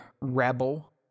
rebel